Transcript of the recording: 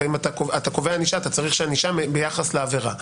ואתה קובע ענישה - ענישה ביחס לעבירה.